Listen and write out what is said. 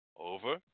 over